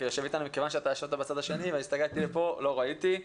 מכיוון שישבת בצד השני והסתכלתי לכאן לא ראיתי.